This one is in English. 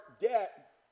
debt